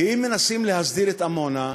כי אם מנסים להסדיר את עמונה,